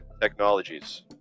Technologies